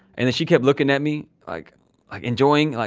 and, then, she kept looking at me like enjoying. like,